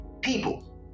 People